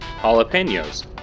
jalapenos